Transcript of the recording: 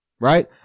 Right